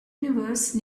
universe